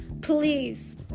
Please